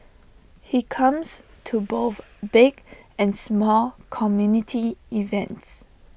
he comes to both big and small community events